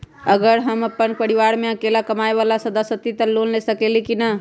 अगर हम अपन परिवार में अकेला कमाये वाला सदस्य हती त हम लोन ले सकेली की न?